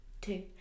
two